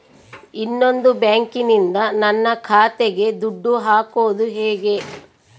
ಇನ್ನೊಂದು ಬ್ಯಾಂಕಿನಿಂದ ನನ್ನ ಖಾತೆಗೆ ದುಡ್ಡು ಹಾಕೋದು ಹೇಗೆ?